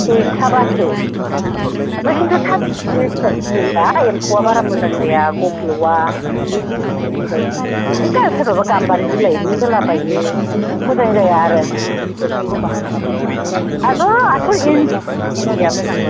गैथाराबासो ओमफ्राय खिन्थु थासुमलि बिलाइ होयोबा एम्फौआ बारा मोजां जाया गब्ल'वा बेबायदि सोरबाथ' गामबारि बिलाइबो होला बायो मोजां जाया आरो बेबायदि होबा आगोल आसोल इन्दिआ मोजां